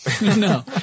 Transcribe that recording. no